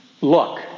Look